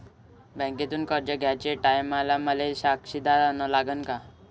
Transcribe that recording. बँकेतून कर्ज घ्याचे टायमाले मले साक्षीदार अन लागन का?